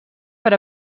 per